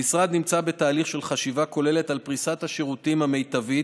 המשרד נמצא בתהליך של חשיבה כוללת על פריסת השירותים המיטבית